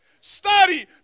Study